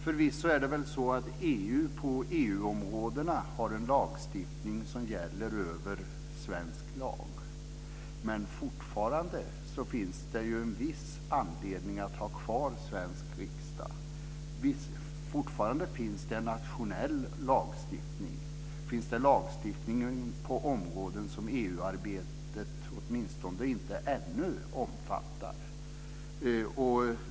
Förvisso har EU på EU-områdena en lagstiftning som gäller över svensk lag, men fortfarande finns det en viss anledning att ha kvar svensk riksdag. Fortfarande finns det nationell lagstiftning på områden som EU-arbetet åtminstone inte ännu omfattar.